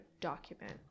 document